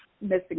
missing